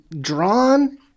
drawn